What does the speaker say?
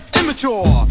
immature